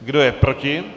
Kdo je proti?